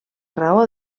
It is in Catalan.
raó